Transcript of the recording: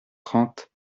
trente